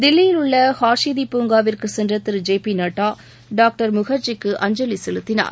தில்லியிலுள்ள ஷாஹிதி பூங்காவிற்கு சென்ற திரு ஜே பி நட்டா பாக்டர் முகர்ஜிக்கு அஞ்சலி செலுத்தினார்